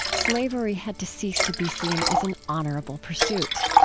slavery had to cease to be seen as an honorable pursuit.